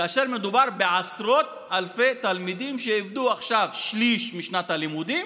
כאשר מדובר בעשרות אלפי תלמידים שאיבדו עכשיו שליש משנת הלימודים,